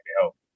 help